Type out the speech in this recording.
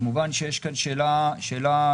כמובן שיש כאן שאלה תקציבית.